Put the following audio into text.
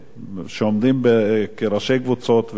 שעומדים כראשי קבוצות ועמותות למיניהן,